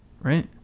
Right